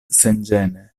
senĝene